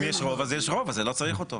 אבל, אם יש רוב אז יש רוב, ולא רציך אותו.